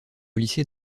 lycée